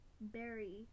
berry